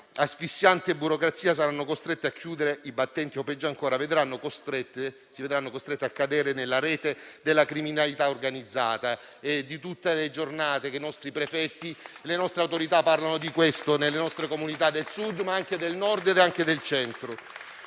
un'asfissiante burocrazia, saranno costrette a chiudere i battenti, o, peggio ancora, si vedranno costrette a cadere nella rete della criminalità organizzata. Tutti i giorni i prefetti e le autorità dei nostri territori parlano di questo, nelle nostre comunità del Sud, ma anche del Nord e del Centro.